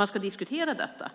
du ska diskutera detta.